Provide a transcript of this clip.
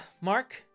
Mark